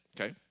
okay